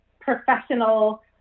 professional